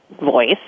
voice